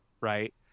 Right